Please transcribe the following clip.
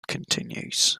continues